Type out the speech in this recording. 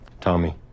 Tommy